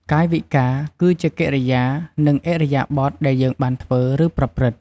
កាយវិការ គឺជាកិរិយា និងឥរិយាបថដែលយើងបានធ្វើ ឬ ប្រព្រឹត្តិ។